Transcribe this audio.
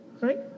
right